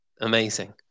Amazing